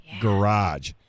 Garage